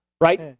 right